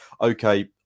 okay